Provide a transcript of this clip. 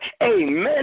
amen